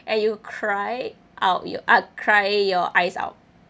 and you cry out you uh cry your eyes out